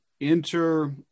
enter